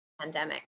pandemic